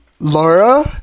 Laura